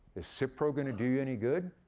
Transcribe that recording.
is cipro gonna do you any good?